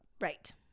Right